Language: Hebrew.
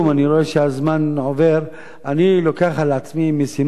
אני רואה שהזמן עובר אני לוקח על עצמי משימה,